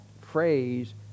phrase